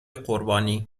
قربانی